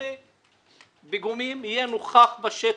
בונה פיגומים יהיה נוכח בשטח,